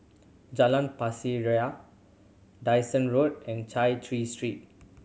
Jalan Pasir Ria Dyson Road and Chai Chee Street